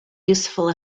useful